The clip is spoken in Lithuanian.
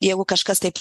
jeigu kažkas taip